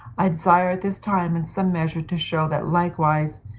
i desire at this time in some measure to show that likewise,